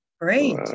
Great